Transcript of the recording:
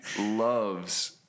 loves